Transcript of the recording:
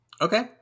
Okay